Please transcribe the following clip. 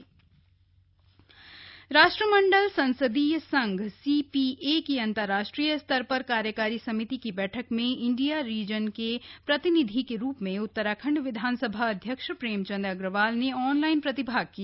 CPA राष्ट्रमंडल संसदीय संघ सीपीए की अंतरराष्ट्रीय स्तर पर कार्यकारी समिति की बैठक में इंडिया रीजन के प्रतिनिधि के रूप में उत्तराखंड विधानसभा अध्यक्ष प्रेमचंद अग्रवाल ने ऑनलाइन प्रतिभाग किया